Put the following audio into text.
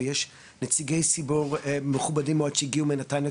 ויש נציגי ציבור מכובדים מאוד שהגיעו מנתניה.